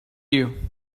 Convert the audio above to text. you